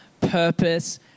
purpose